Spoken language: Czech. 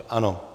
Ano.